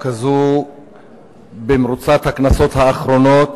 במרוצת הכנסות האחרונות,